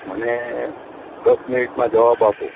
મને દસ મિનિટમાં જવાબ આપો